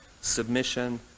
submission